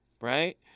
right